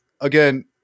again